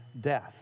death